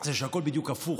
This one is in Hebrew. זה שהכול בדיוק הפוך.